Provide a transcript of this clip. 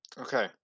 Okay